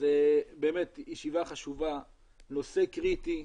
נושא קריטי,